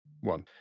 one